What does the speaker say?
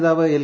നേതാവ് എൽ